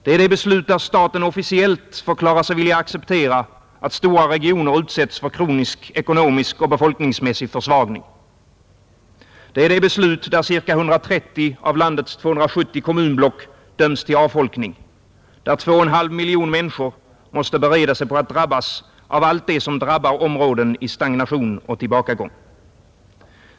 Det är det beslut där staten officiellt förklarar sig vilja acceptera att stora regioner utsätts för kronisk ekonomisk och befolkningsmässig försvagning. Det är det beslut, där ca 130 av landets 270 kommunblock döms till avfolkning, där 2,5 miljoner människor måste bereda sig på att drabbas av allt det som drabbar områden i stagnation och tillbakagång.